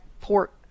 port